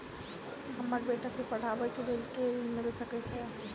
हमरा बेटा केँ पढ़ाबै केँ लेल केँ ऋण मिल सकैत अई?